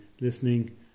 listening